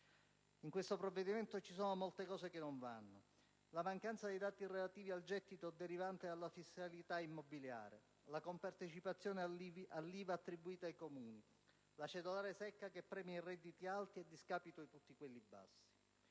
In questo provvediménto ci sono molte cose che non vanno: la mancanza dei dati relativi al gettito derivante dalla fiscalità immobiliare; la compartecipazione all'IVA attribuita ai Comuni; la cedolare secca, che premia i redditi alti a scapito di tutti quelli bassi;